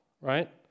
right